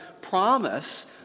promise